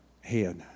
head